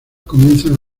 comienzan